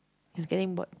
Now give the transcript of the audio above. you getting bored